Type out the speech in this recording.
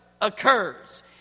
occurs